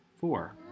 four